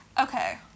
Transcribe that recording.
Okay